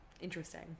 interesting